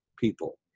people